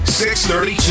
630